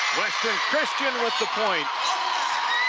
western christian with the point.